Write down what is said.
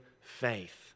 faith